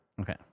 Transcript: Okay